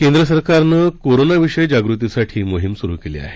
केंद्रसरकारनं कोरोनाविषयी जागृतीसाठी मोहीम सुरु केली आहे